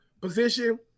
position